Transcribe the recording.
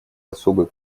особый